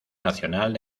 nacional